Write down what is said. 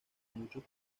muchos